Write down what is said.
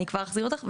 אני כבר אחזיר אותך.